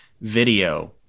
video